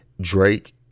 Drake